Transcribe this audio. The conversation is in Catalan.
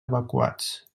evacuats